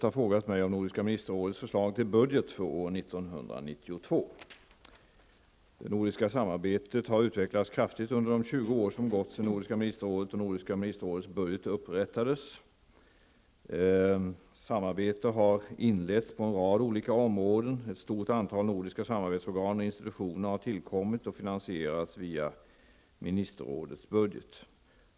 Herr talman! Ylva Annerstedt har frågat mig om Det nordiska samarbetet har utvecklats kraftigt under de 20 år som gått sedan Nordiska ministerrådet och Nordiska ministerrådets budget upprättades. Samarbete har inletts på en rad olika områden. Ett stort antal nordiska samarbetsorgan och institutioner har tillkommit och finansieras via ministerrådets budget.